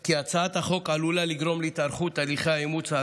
כי הצעת החוק עלולה לגרום להתארכות תהליכי האימוץ,